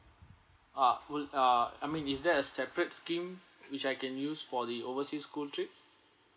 ah would ah I mean is there a separate scheme which I can use for the overseas school trips